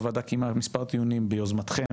הוועדה קיימה מספר דיונים ביוזמתכם,